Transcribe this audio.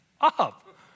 up